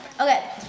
Okay